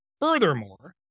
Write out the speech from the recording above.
Furthermore